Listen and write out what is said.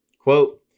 Quote